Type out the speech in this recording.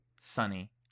Sunny